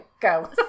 go